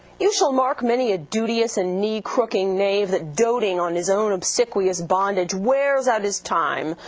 you shall mark many a duteous and knee-crooking knave that doting on his own obsequious bondage wears out his time,